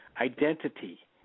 identity